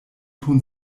tun